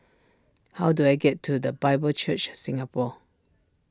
how do I get to the Bible Church Singapore